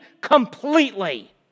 completely